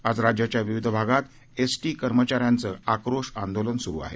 आज राज्याच्या विविध भागात एसटी कर्मचाऱ्यांचं आक्रोश आंदोलन सुरु आहे